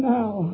now